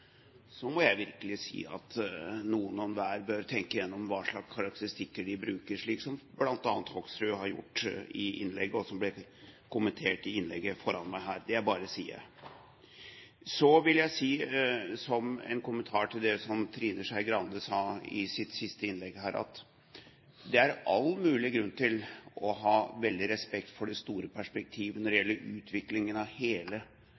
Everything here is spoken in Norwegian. må jeg virkelig si at noen hver bør tenke gjennom hva slags karakteristikker en bruker, slik som bl.a. Hoksrud gjorde i innlegg, og som ble kommentert i innlegget før meg. Det bare sier jeg. Så vil jeg si som en kommentar til det Trine Skei Grande sa i sitt siste innlegg, at det er all mulig grunn til å ha veldig respekt for det store perspektivet når det gjelder utviklingen av hele